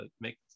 make